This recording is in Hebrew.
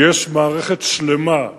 יש מערכת שלמה,